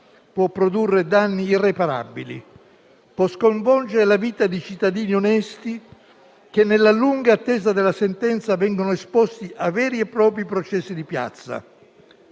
può produrre danni irreparabili, può sconvolgere la vita di cittadini onesti che, nella lunga attesa della sentenza, vengono esposti a veri e propri processi di piazza,